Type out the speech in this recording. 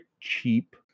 cheap